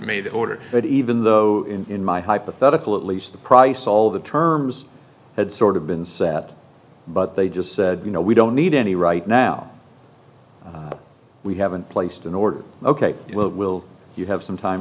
made that order but even though in my hypothetical at least the price all of the terms had sort of been set but they just said no we don't need any right now we haven't placed an order ok what will you have some time